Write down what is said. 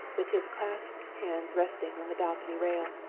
with his clasped hands resting on the balcony rail.